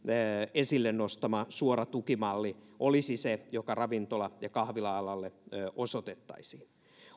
esille nostama suora tukimalli olisi se joka ravintola ja kahvila alalle osoitettaisiin